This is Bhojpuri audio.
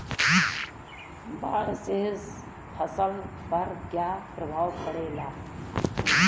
बाढ़ से फसल पर क्या प्रभाव पड़ेला?